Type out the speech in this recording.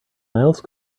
mouse